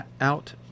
out